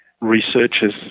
Researchers